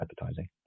advertising